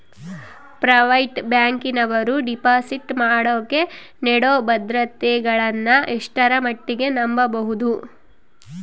Private ಬ್ಯಾಂಕಿನವರು deposit ಮಾಡೋಕೆ ನೇಡೋ ಭದ್ರತೆಗಳನ್ನು ಎಷ್ಟರ ಮಟ್ಟಿಗೆ ನಂಬಬಹುದು?